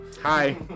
Hi